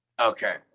Okay